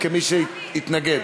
54 בעד, 38 מתנגדים.